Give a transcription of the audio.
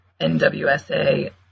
NWSA